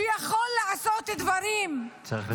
שיכול לעשות דברים -- רק צריך לסיים, גברתי.